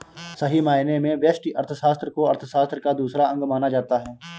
सही मायने में व्यष्टि अर्थशास्त्र को अर्थशास्त्र का दूसरा अंग माना जाता है